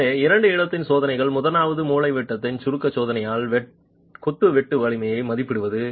எனவே இரண்டு இடத்தின் சோதனைகள் முதலாவது மூலைவிட்ட சுருக்க சோதனையால் கொத்து வெட்டு வலிமையை மதிப்பிடுவது